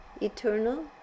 Eternal